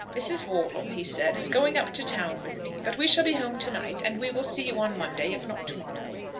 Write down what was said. mrs. wortle, he said, is going up to town with me but we shall be home to-night, and we will see you on monday if not to-morrow.